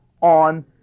on